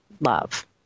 love